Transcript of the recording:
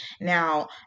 Now